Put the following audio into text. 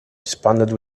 responded